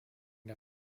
der